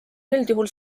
üldjuhul